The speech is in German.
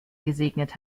gesegnet